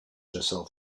herself